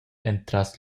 entras